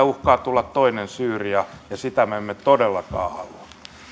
uhkaa tulla toinen syyria ja sitä me emme todellakaan halua